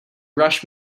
rush